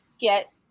get